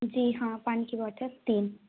जी हाँ पानी की बॉटल तीन